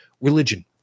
religion